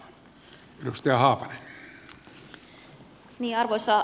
arvoisa puhemies